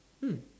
hmm